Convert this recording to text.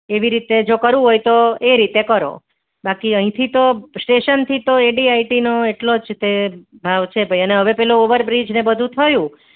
એવી રીતે જો કરવું હોય તો એ રીતે કરો બાકી અહીંથી તો સ્ટેશનથી તો એડીઆઈટીનો એટલો જ તે ભાવ છે ભાઈ અને હવે પેલો ઓવરબ્રિજ ને બધું થયું